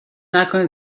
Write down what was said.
نکنید